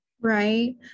Right